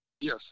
Yes